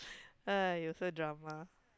!aiyo! so drama